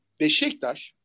Beşiktaş